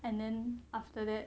and then after that